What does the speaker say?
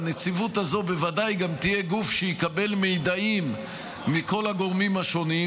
הנציבות הזו בוודאי גם תהיה גוף שיקבל מידעים מכל הגורמים השונים,